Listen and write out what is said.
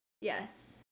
yes